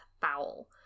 foul